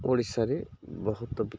ଓଡ଼ିଶାରେ ବହୁତ ବିଖ୍ୟାତ